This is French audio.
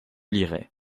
lirais